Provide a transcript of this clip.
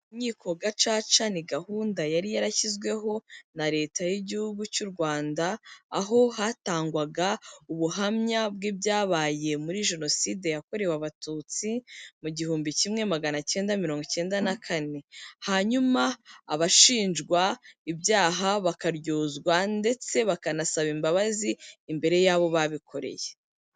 Inkiko Gacaca ni gahunda yari yarashyizweho na Leta y'Igihugu cy'u Rwanda, aho hatangwaga ubuhamya bw'ibyabaye muri jenoside yakorewe Abatutsi mu gihumbi kimwe magana cyenda mirongo icyenda na kane, hanyuma abashinjwa ibyaha bakaryozwa ndetse bakanasaba imbabazi imbere y'abo babikoreye.